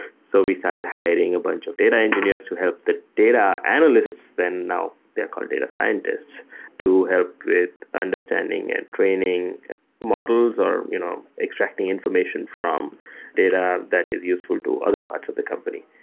so we started hiring a bunch of data engineers who help the data analysts that now they're called data scientists to help with understanding and training models or you know extracting information from data that is useful to other parts of the company